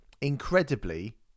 incredibly